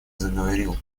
заговорил